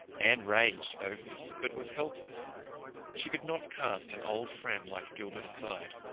anne raged over this but was helpless she could not cast an old friend like gilbert aside,